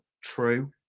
true